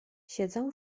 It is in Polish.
siedzę